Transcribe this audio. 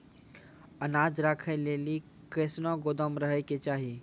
अनाज राखै लेली कैसनौ गोदाम रहै के चाही?